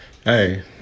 Hey